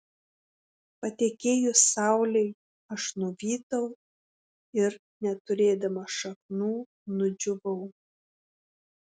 patekėjus saulei aš nuvytau ir neturėdamas šaknų nudžiūvau